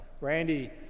Randy